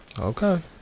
Okay